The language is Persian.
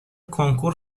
کنکور